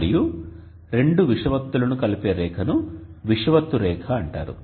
మరియు రెండు విషువత్తులను కలిపే రేఖను విషువత్తు రేఖ అంటారు